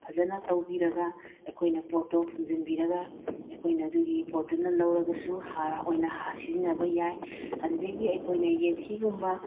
ꯐꯖꯅ ꯇꯧꯕꯤꯔꯒ ꯑꯩꯈꯣꯏꯅ ꯄꯣꯠꯇꯣ ꯐꯨꯝꯖꯤꯟꯕꯤꯔꯒ ꯑꯩꯈꯣꯏꯅ ꯑꯗꯨꯒꯤ ꯄꯣꯠꯇꯨꯅ ꯂꯧꯔꯒꯁꯨ ꯍꯥꯔ ꯑꯣꯏꯅ ꯁꯤꯖꯤꯟꯅꯕ ꯌꯥꯏ ꯑꯗꯨꯗꯒꯤ ꯑꯩꯈꯣꯏꯅ ꯌꯦꯟꯊꯤꯒꯨꯝꯕ